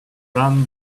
ran